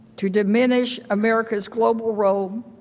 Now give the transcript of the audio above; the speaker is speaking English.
to diminish america's global role,